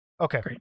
Okay